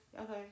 okay